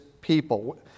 people